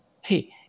hey